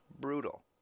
brutal